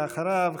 ואחריו,